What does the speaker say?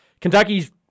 Kentucky's